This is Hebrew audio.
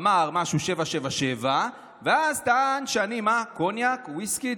אמר משהו 777, ואז טען שאני מה, קוניאק, ויסקי?